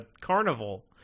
carnival